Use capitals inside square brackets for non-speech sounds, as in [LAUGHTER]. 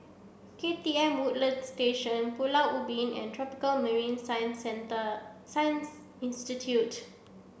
K T M Woodlands Station Pulau Ubin and Tropical Marine [UNINTELLIGIBLE] Science Institute